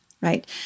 right